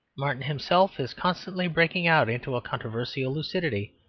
martin himself is constantly breaking out into a controversial lucidity,